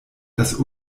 das